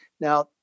now